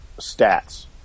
stats